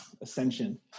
ascension